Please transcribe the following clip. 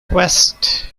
quest